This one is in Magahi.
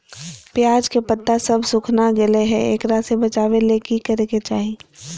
प्याज के पत्ता सब सुखना गेलै हैं, एकरा से बचाबे ले की करेके चाही?